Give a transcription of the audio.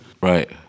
Right